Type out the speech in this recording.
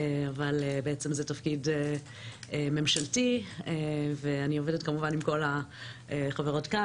זה תפקיד ממשלתי ואני עובדת כמובן עם כל החברות כאן